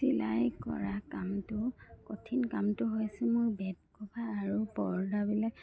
চিলাই কৰা কামটো কঠিন কামটো হৈছে মোৰ বেড কভাৰ আৰু পৰ্দাবিলাক